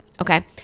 Okay